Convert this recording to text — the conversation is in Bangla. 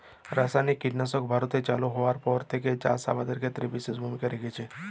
রাসায়নিক কীটনাশক ভারতে চালু হওয়ার পর থেকেই চাষ আবাদের ক্ষেত্রে বিশেষ ভূমিকা রেখেছে